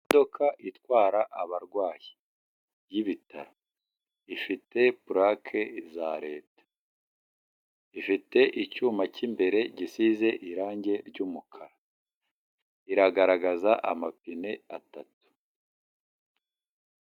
Imodoka itwara abarwayi y'ibitaro ifite pulake za leta, ifite icyuma cy'imbere gisize irange ry'umukara iragaragaza amapine atatu.